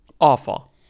awful